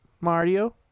Mario